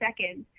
seconds